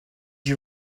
you